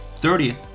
30th